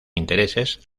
intereses